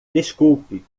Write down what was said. desculpe